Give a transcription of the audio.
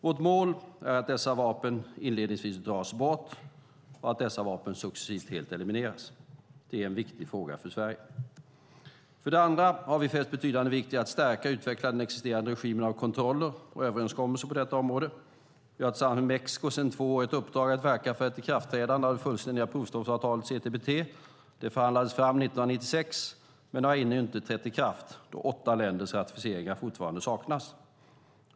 Vårt mål är att dessa vapen inledningsvis dras bort, och att dessa vapen successivt helt elimineras. Detta är, av uppenbara skäl, en viktig fråga för Sverige. För det andra har vi fäst betydande vikt vid att stärka och utveckla den existerande regimen av kontroller och överenskommelser på detta område. Vi har tillsammans med Mexiko sedan två år ett uppdrag att verka för ett ikraftträdande av det fullständiga provstoppsavtalet CTBT. Avtalet förhandlades fram 1996 men har ännu inte trätt i kraft då åtta länders ratificeringar fortfarande saknas.